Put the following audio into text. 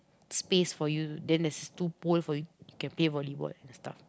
space for you then there's two pole for you you can play volleyball and stuff